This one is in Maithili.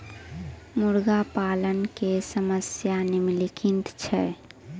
मुर्गा पालन के समस्या निम्नलिखित छै